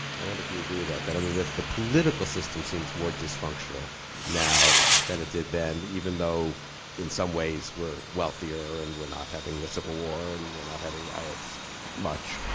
i wonder if you agree with that? that i mean that the political system seems more dysfunctional now than it did then, even though in some ways we're wealthier and we're not having a civil war and we're not having riots much.